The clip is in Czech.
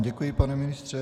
Děkuji vám, pane ministře.